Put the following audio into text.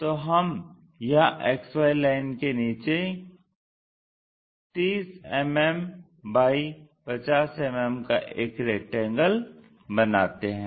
तो हम यहाँ XY लाइन के नीचे 30 mm x 50 mm का एक रेक्टेंगल बनाते हैं